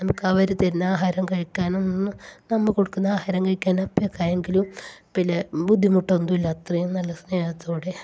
നമുക്ക് അവർ തരുന്ന ആഹാരം കഴിക്കാനൊന്നും നമ്മൾ കൊടുക്കുന്ന ആഹാരം കഴിക്കാൻ അപ്പേക്ക് ആയെങ്കിലും പിന്നെ ബുദ്ധിമുട്ട് ഒന്നുമില്ല അത്രയും നല്ല സ്നേഹത്തോടെ